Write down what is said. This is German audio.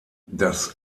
das